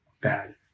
bad